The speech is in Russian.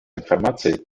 информации